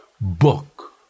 book